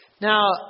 Now